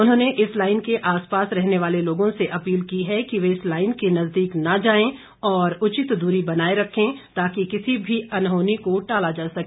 उन्होंने इस लाईन के आसपास रहने वाले लोगों से अपील की है कि वे इस लाईन के नजदीक न जाए और उचित दूरी बनाए रखे ताकि किसी भी अनहोनी को टाला जा सके